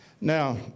Now